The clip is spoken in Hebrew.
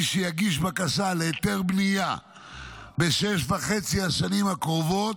מי שיגיש בקשה להיתר בניה בשש וחצי השנים הקרובות,